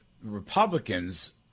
Republicans